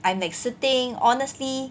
I'm like sitting honestly